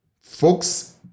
folks